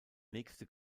nächste